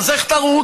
אז איך תרוץ?